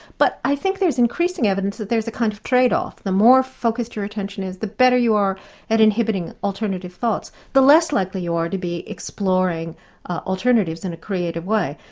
but i think there's increasing evidence that there's a kind of trade-off. the more focused your attention is, the better you are at inhibiting alternative thoughts, the less likely you are to be exploring alternatives in a creative way.